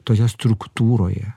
toje struktūroje